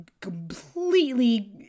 completely